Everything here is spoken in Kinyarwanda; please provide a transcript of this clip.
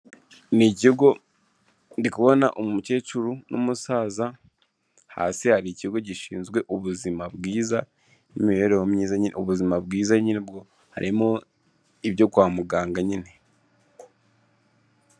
Ni ikigo, ndikubona umukecuru n'umusaza, hasi hari ikigo gishinzwe ubuzima bwiza n'imibereho myiza, ni ubuzima bwiza nyine harimo ibyo kwa muganga nyine.